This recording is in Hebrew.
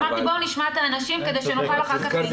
אמרתי בואו נשמע את האנשים כדי שנוכל אחר כך להתייחס.